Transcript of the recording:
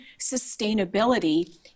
sustainability